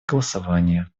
голосования